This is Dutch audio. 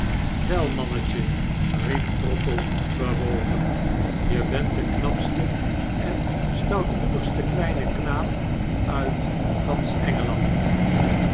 mannetje riep trottle bewogen je bent de knapste en stoutmoedigste kleine knaap uit